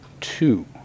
two